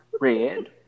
red